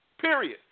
Period